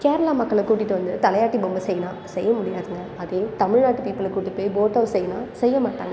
கேரளா மக்களை கூட்டிட்டு வந்து தலையாட்டி பொம்மை செய்யுனா செய்ய முடியாதுங்க அதே தமிழ்நாட்டு பீப்பிளை கூட்டிட்டு போய் போட் ஹவுஸ் செய்யுனா செய்ய மாட்டாங்க